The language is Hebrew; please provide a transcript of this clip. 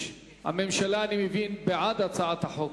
אני מבין שהממשלה בעד הצעת החוק,